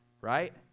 right